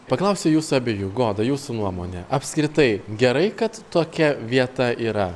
paklausiu jūsų abiejų goda jūsų nuomone apskritai gerai kad tokia vieta yra